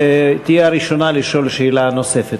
תהיה הראשונה לשאול שאלה נוספת.